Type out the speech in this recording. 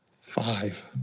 Five